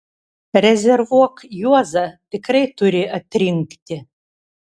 rezervuok juozą tikrai turi atrinkti